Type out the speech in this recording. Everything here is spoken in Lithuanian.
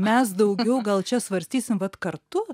mes daugiau gal čia svarstysim vat kartu